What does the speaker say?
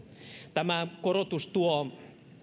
tämä korotus tuo